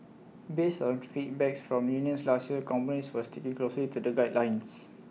based on feedbacks from unions last year companies were sticking closely to the guidelines